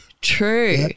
true